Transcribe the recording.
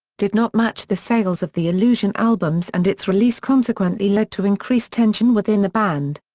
did not match the sales of the illusion albums and its release consequently led to increased tension within the band.